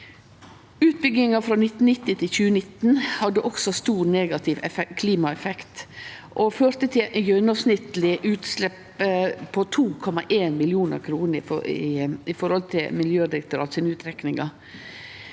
Utbygginga frå 1990 til 2019 hadde også stor negativ klimaeffekt og førte til gjennomsnittlege utslepp på 2,1 millionar tonn, ut frå Miljødirektoratet sine utrekningar.